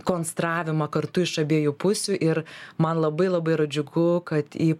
konstravimą kartu iš abiejų pusių ir man labai labai yra džiugu kad į